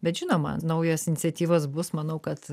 bet žinoma naujos iniciatyvos bus manau kad